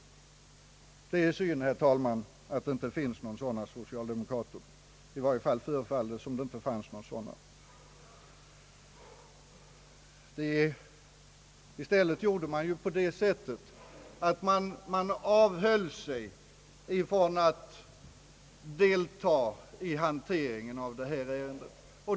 Det är synd, herr talman, att det inte finns några sådana socialdemokrater, i varje fall förefaller det som om det inte skulle finnas några sådana. I stället gjorde man på det sättet att man avhöll sig från att delta i hanteringen av detta ärende.